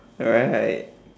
alright